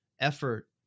effort